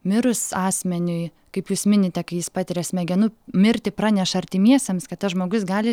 mirus asmeniui kaip jūs minite kai jis patiria smegenų mirtį praneša artimiesiems kad tas žmogus gali